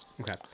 Okay